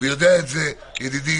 ויודע את זה ידידי,